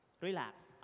Relax